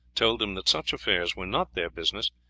told them that such affairs were not their business,